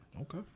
Okay